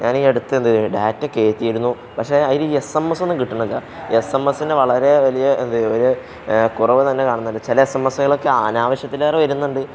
ഞാൻ ഈ അടുത്ത് എന്ത് ഡാറ്റ കയറ്റിയിരുന്നു പക്ഷേ അതിൽ എസ് എം എസ് ഒന്നും കിട്ടുന്നില്ല എസ് എം എസിന്റെ വളരെ വലിയ എന്ത് ഒരു കുറവ് തന്നെ കാണുന്നുണ്ട് ചില എസ് എം എസുകളൊക്കെ ആനാവശ്യത്തിലേറെ വരുന്നുണ്ട്